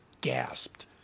gasped